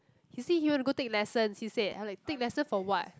he say he want to go take lessons he said I like take lessons for what